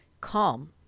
calm